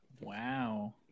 Wow